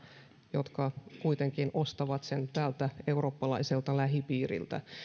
jotka kuitenkin ostavat sen täältä eurooppalaiselta lähipiiriltä